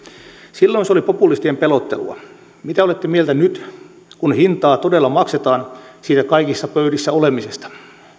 silloin se oli populistien pelottelua mitä olette mieltä nyt kun hintaa todella maksetaan siitä kaikissa pöydissä olemisesta